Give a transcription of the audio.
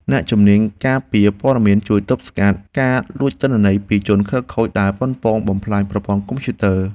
អ្នកជំនាញការពារព័ត៌មានជួយទប់ស្កាត់ការលួចទិន្នន័យពីជនខិលខូចដែលប៉ុនប៉ងបំផ្លាញប្រព័ន្ធកុំព្យូទ័រ។